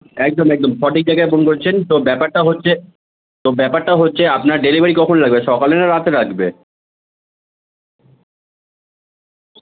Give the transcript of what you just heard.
একদম একদম সঠিক জায়গায় ফোন করেছেন তো ব্যাপারটা হচ্ছে তো ব্যাপারটা হচ্ছে আপনার ডেলিভারি কখন লাগবে সকালে না রাতে লাগবে